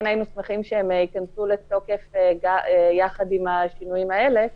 היינו שמחים שהם ייכנסו לתוקף יחד עם השינויים האלה.